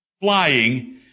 flying